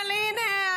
אבל הינה,